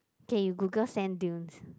K you google sand dunes